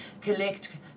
collect